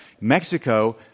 Mexico